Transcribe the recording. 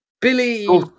Billy